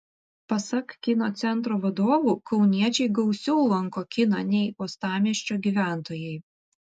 pasak kino centro vadovų kauniečiai gausiau lanko kiną nei uostamiesčio gyventojai